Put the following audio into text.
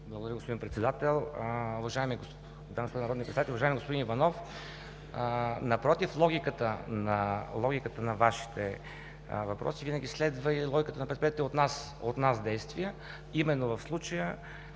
Благодаря, господин Председател. Уважаеми дами и господа народни представители! Уважаеми господин Иванов, напротив, логиката на Вашите въпроси винаги следва и логиката на предприетите от нас действия, именно в случая